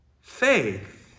faith